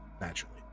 naturally